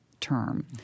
term